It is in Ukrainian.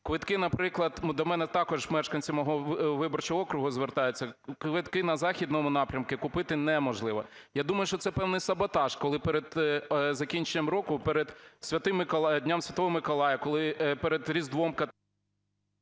Квитки, наприклад, до мене також мешканці мого виборчого округу звертаються: квитки на західному напрямку купити неможливо. Я думаю, що це певний саботаж, коли перед закінченням року, перед Святим Миколаєм, Днем Святого